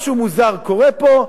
משהו מוזר קורה פה,